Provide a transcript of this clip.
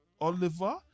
Oliver